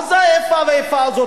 מה זה האיפה והאיפה הזאת,